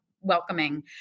welcoming